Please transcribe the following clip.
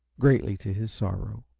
greatly to his sorrow.